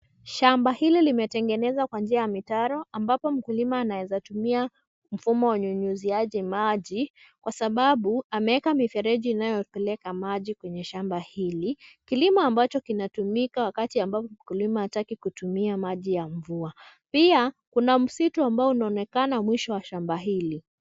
Shamba hili limetengenezwa kwa njia ya mitaro ambapo mkulima anaweza tumia mfumo wa unyunyiziaji maji kwa sababu ameweka mifereji inayopeleka maji kwenye shamba hili. Kilimo ambacho kinatumika wakati ambapo mkulima hataki kutumia ya mvua. Pia kuna msitu ambao unaonekana mwisho wa shamba hili.